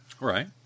Right